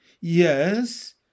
Yes